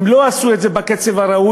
הם לא עשו את זה בקצב הראוי,